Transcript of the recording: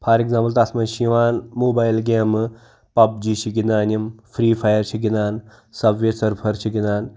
for example تَتھ منٛز چھِ یِوان موبایل گیمہٕ پَبجی چھِ گِنٛدان یِم فری فایر چھِ گِنٛدان سَبوے سٔرفَر چھِ گِنٛدان